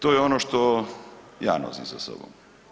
To je ono što ja nosim sa sobom.